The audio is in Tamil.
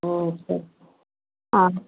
ம் சரி ஆ